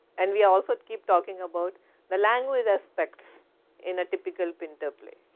and we also keep talking about the language aspects in a typical pinter play.